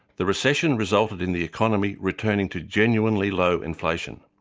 the recession resulted in the economy returning to genuinely low inflation.